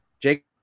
Jake